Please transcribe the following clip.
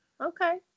Okay